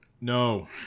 No